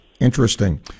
Interesting